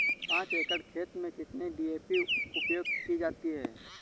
पाँच एकड़ खेत में कितनी डी.ए.पी उपयोग की जाती है?